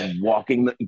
walking